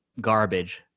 garbage